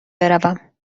بروم